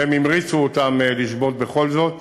אבל הם המריצו אותם לשבות בכל זאת.